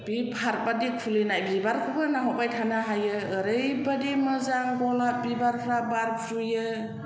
बे पार्क बादि खुलिनाय बिबारखौबो नाहरबाय थानो हायो ओरैबादि मोजां गलाब बिबारफ्रा बारफ्रुयो